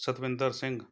Satwinder Singh